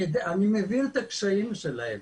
אני מבין את הקשיים שלהם,